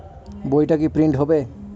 বইটা কি প্রিন্ট হবে?